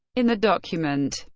in the document,